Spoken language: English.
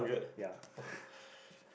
ya